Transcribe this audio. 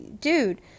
dude